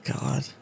god